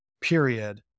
period